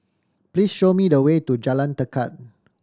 please show me the way to Jalan Tekad